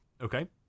Okay